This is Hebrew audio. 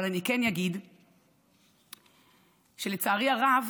אבל אני כן אגיד שלצערי הרב